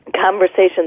conversation